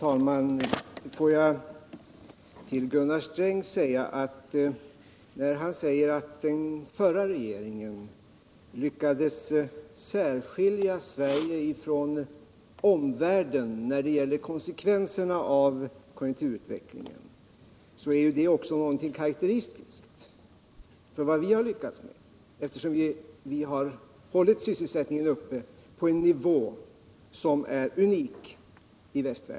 Herr talman! När Gunnar Sträng säger att den förra regeringen lyckades särskilja Sverige från omvärlden när det gäller konsekvenserna av konjunkturutvecklingen, så är det något karakteristiskt för vad också vi har lyckats med, eftersom vi har hållit sysselsättningen uppe på en för västvärlden unik nivå.